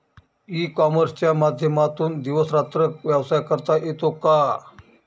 E कॉमर्सच्या माध्यमातून दिवस रात्र व्यवसाय करता येतो का?